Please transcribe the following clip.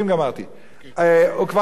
הוא כבר היה כאילו קינג ביבי,